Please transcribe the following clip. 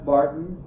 Barton